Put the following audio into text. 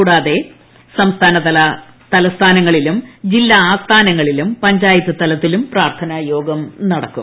കൂടാതെ സംസ്ഥാനതല സ്ഥാനങ്ങളിലും ജില്ലാ ആസ്ഥാനങ്ങളിലും പഞ്ചായത്ത് തലത്തിലും പ്രാർത്ഥനാ യോഗം നടക്കും